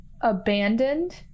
abandoned